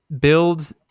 build